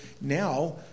now